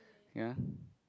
ya